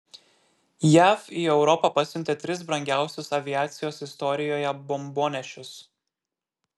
jav į europą pasiuntė tris brangiausius aviacijos istorijoje bombonešius